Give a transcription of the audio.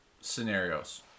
scenarios